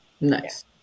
Nice